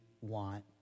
want